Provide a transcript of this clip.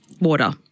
water